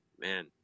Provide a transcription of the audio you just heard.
man